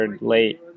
late